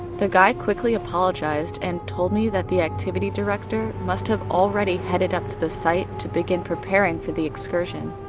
the guy quickly apologized and told me that the activity director must have already headed up to the site to begin preparing for the excursion.